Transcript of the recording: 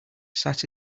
sat